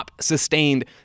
sustained